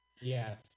yes